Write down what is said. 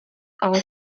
ale